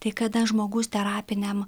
tai kada žmogus terapiniam